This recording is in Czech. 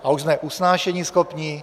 A už jsme usnášeníschopní.